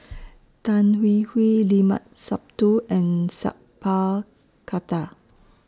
Tan Hwee Hwee Limat Sabtu and Sat Pal Khattar